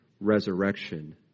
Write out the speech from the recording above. resurrection